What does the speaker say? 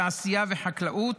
תעשייה וחקלאות,